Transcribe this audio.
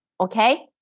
okay